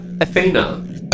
Athena